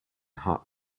hot